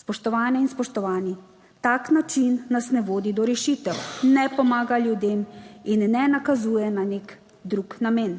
Spoštovane in spoštovani, tak način nas ne vodi do rešitev, ne pomaga ljudem in ne nakazuje na nek drug namen,